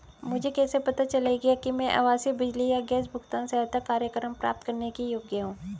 मुझे कैसे पता चलेगा कि मैं आवासीय बिजली या गैस भुगतान सहायता कार्यक्रम प्राप्त करने के योग्य हूँ?